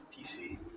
PC